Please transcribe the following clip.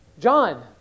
John